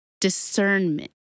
discernment